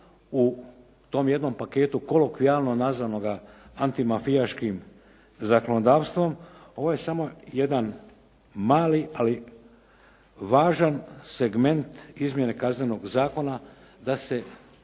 u tom jednom paketu kolokvijalno nazvanoga antimafijaškim zakonodavstvom ovo je samo jedan mali ali važan segment izmjene Kaznenog zakona da se